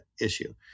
issue